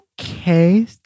okay